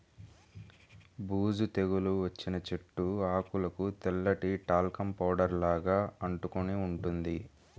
బూజు తెగులు వచ్చిన చెట్టు ఆకులకు తెల్లటి టాల్కమ్ పౌడర్ లాగా అంటుకొని ఉంటుంది